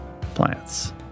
plants